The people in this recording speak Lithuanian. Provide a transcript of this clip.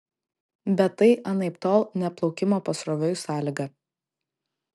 bet tai anaiptol ne plaukimo pasroviui sąlyga